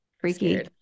Freaky